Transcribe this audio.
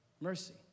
mercy